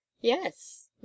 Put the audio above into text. Yes